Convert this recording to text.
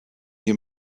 you